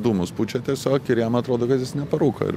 dūmus pučia tiesiog ir jam atrodo kad jis neparūko ir